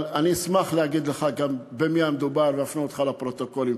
אבל אני אשמח להגיד לך במי המדובר ואפנה אותך לפרוטוקולים.